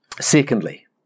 Secondly